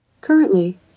Currently